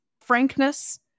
frankness